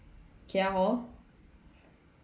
K_R hall